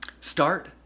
start